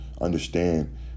understand